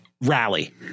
rally